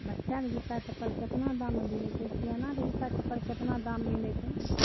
बच्चाके जुत्ता चप्पल केतना दाममे मिलैत छै सिआनाके जुत्ता चप्पल केतना दाम मिलैत छै